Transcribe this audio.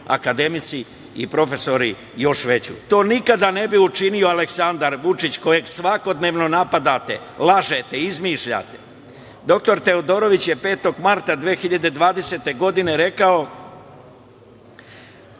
akademici i profesori još veću. To nikada ne bi učinio Aleksandar Vučić kojeg svakodnevno napadate, lažete, izmišljate. Doktor Teodorović je 5. marta 2020. godine rekao